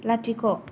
लाथिख'